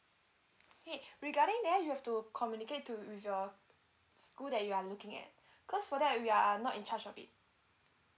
okay regarding there you have to communicate to with your school that you are looking at cause for that we are not in charge of it